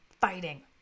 fighting